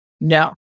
no